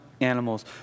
animals